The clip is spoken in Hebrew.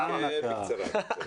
בקצרה.